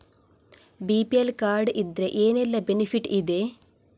BPL card ಇದ್ರೆ ಏನೆಲ್ಲ benefit ಇದೆ?